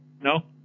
No